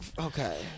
Okay